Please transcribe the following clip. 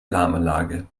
alarmanlage